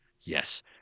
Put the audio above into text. Yes